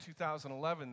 2011